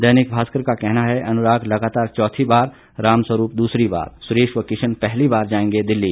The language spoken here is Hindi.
दैनिक भास्कर का कहना है अनुराग लगातार चौथी बार रामस्वरूप दूसरी बार सुरेश व किशन पहली बार जाएंगे दिल्ली